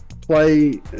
play